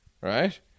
right